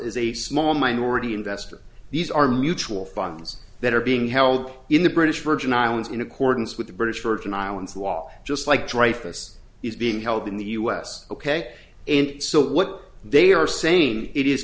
is a small minority investor these are mutual funds that are being held in the british virgin islands in accordance with the british virgin islands law just like dreyfus is being held in the us ok and so what they are saying it is